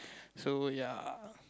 so ya